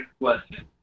question